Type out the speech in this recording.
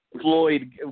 Floyd